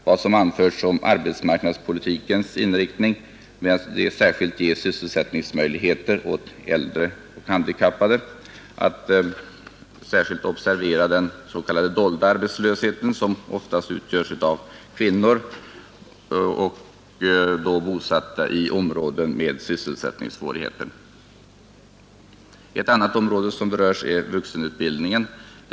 Vidare inriktas arbetsmarknadspolitiken särskilt på att ge sysselsättningsmöjligheter åt äldre och handikappade och på att särskilt observera den dolda arbetslösheten som ofta utgörs av kvinnor, bosatta i områden med sysselsättningssvårigheter. Ett annat område som berörs är vuxenutbildningen.